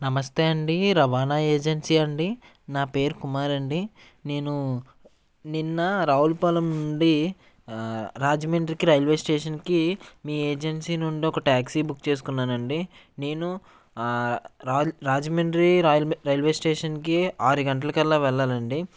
నమస్తే అండి రవాణా ఏజెన్సీ అండి నా పేరు కుమార్ అండి నేను నిన్న రావులపాలెం నుండి రాజమండ్రికి రైల్వే స్టేషన్కి మీ ఏజెన్సీ నుండి ఒక ట్యాక్సీ బుక్ చేసుకున్నానండి నేను రా రాజమండ్రి రైల్వే రైల్వే స్టేషన్కి ఆరు గంటల కల్లా వెళ్లాలండి